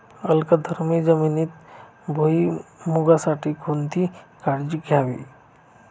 अल्कधर्मी जमिनीत भुईमूगासाठी कोणती काळजी घ्यावी?